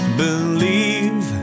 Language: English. believe